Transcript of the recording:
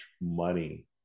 money